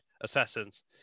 assassins